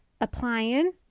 applying